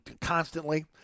constantly